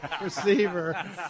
Receiver